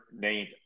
named